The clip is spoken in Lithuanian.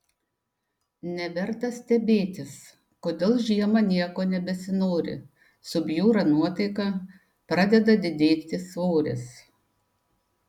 neverta stebėtis kodėl žiemą nieko nebesinori subjūra nuotaika pradeda didėti svoris